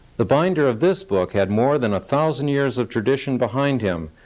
the binder of this book had more than a thousand years of tradition behind him,